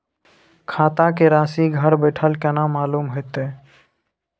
खाता के राशि घर बेठल केना मालूम होते?